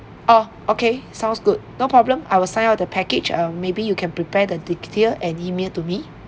orh okay sounds good no problem I will sign up the package um maybe you can prepare the detail and email to me